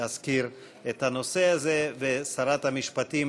להזכיר את הנושא הזה ושרת המשפטים